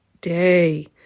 day